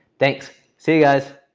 thanks, see you guys.